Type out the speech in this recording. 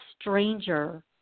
stranger